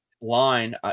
line